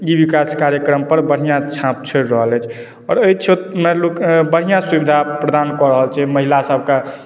ई विकास कार्यक्रमपर बढ़िआँ छाप छोड़ि रहल अछि आओर एहि क्षे ओहिमे बढ़िआँ सुविधा प्रदान कऽ रहल छै महिलासभके